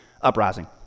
uprising